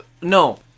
No